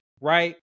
Right